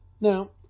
Now